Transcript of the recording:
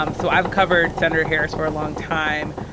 um so i've covered senator harris for a long time,